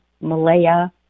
Malaya